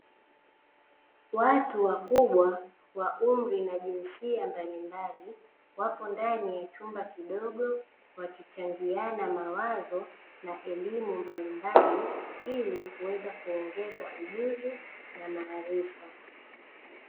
Watu wakubwa wa umri na jinsia mbalimbali, wapo ndani ya chumba kidogo wakichangiana, mawazo na elimu mbalimbali, ili kuweza kuongeza ujuzi na maarifa.